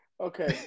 Okay